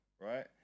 right